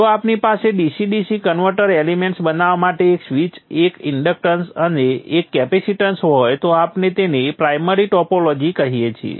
જો આપણી પાસે DC DC કન્વર્ટર એલિમેન્ટ્સ બનાવવા માટે એક સ્વીચ એક ઇન્ડક્ટન્સ એક કેપેસિટેનન્સ હોય તો આપણે તેને પ્રાઇમરી ટોપોલોજી કહીએ છીએ